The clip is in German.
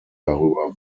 darüber